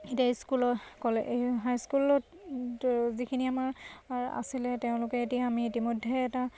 এতিয়া স্কুলত হাইস্কুলত যিখিনি আমাৰ আছিলে তেওঁলোকে এতিয়া আমি ইতিমধ্যে এটা